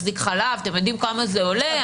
החזיק חלב אתם יודעים כמה זה עולה?